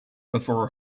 before